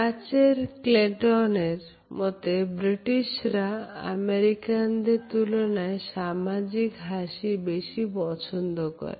ডাচের কেল্টনের মতে ব্রিটিশরা আমেরিকানদের তুলনায় সামাজিক হাসি বেশি পছন্দ করে